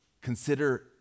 consider